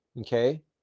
okay